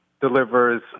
delivers